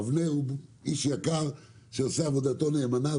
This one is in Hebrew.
אבנר הוא איש יקר שעושה עבודתו נאמנה.